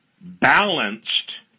balanced